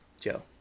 Joe